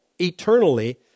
Eternally